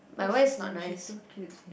she's uh she's so cute she